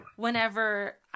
Whenever